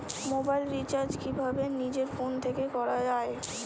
Mobile recharge কিভাবে নিজের phone থেকে করা য়ায়?